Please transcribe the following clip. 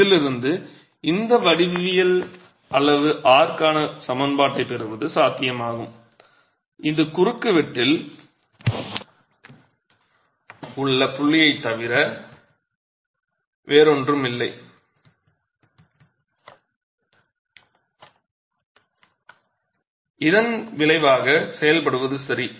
இதிலிருந்து இந்த வடிவியல் அளவு r க்கான சமன்பாட்டைப் பெறுவது சாத்தியமாகும் இது குறுக்குவெட்டில் உள்ள புள்ளியைத் தவிர வேறு ஒன்றும் இல்லை இதன் விளைவாக செயல்படுவது சரி